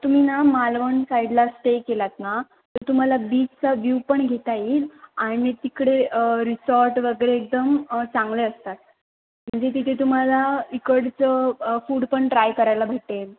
तुम्ही ना मालवण साईडला स्टे केलात ना तर तुम्हाला बीचचा व्यू पण घेता येईल आणि तिकडे रिसॉर्ट वगैरे एकदम चांगले असतात म्हणजे तिथे तुम्हाला इकडचं फूड पण ट्राय करायला भेटेल